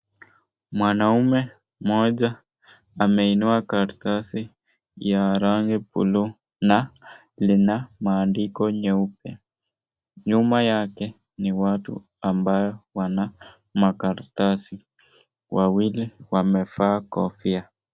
Mwanaume mmoja ameinua karatasi ya rangi buluu na lina maandiko nyeupe. Nyuma yake kuna watu ambayo wanainua karatasi wawili wamevaa kofia.